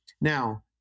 Now